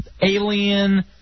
Alien